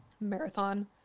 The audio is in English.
Marathon